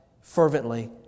fervently